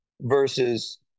versus